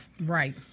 Right